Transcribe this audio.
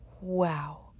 wow